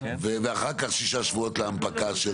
ואחר כך שישה שבועות להנפקה.